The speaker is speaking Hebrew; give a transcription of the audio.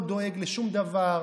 לא דואג לשום דבר,